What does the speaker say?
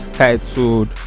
titled